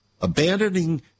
Abandoning